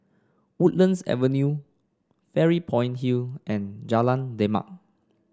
Woodlands Avenue Fairy Point Hill and Jalan Demak